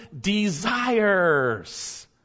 desires